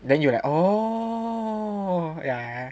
then you are like oo yeah